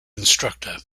instructor